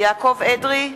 יעקב אדרי,